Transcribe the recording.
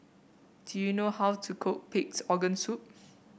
do you know how to cook Pig's Organ Soup